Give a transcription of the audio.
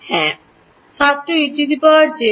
হ্যাঁ ছাত্র ejωt